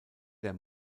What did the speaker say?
der